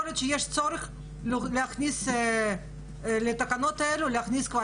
יכול להיות שיש צורך להכניס לתקנות האלה כבר